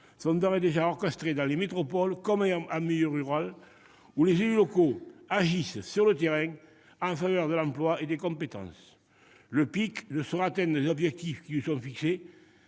et déjà orchestrées dans les métropoles comme en milieu rural, où les élus locaux agissent, sur le terrain, en faveur de l'emploi et des compétences. Le PIC ne saurait atteindre les objectifs qui lui sont fixés